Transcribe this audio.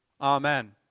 Amen